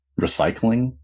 recycling